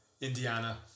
Indiana